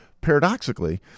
Paradoxically